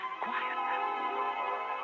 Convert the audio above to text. Quiet